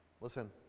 Listen